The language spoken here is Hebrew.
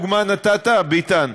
חברי חברי הכנסת וחברות הכנסת,